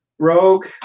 Rogue